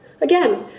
again